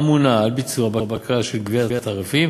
אמונה על ביצוע בקרה על גביית התעריפים